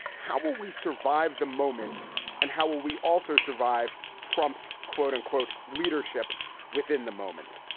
how will we survive the moment and how will we also survive? trump's quote unquote, leadership within the moment.